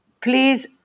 please